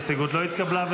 ההסתייגות לא התקבלה.